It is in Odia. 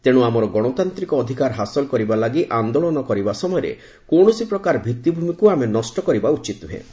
ତେଣୁ ଆମର ଗଣତାନ୍ତ୍ରିକ ଅଧିକାର ହାସଲ କରିବା ଲାଗି ଆନ୍ଦୋଳନ କରିବା ସମୟରେ କୌଣସି ପ୍ରକାର ଭିତ୍ତିଭୂମିକୁ ଆମେ ନଷ୍ଟ କରିବା ଉଚିତ୍ ନୁହେଁ